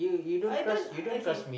I don't okay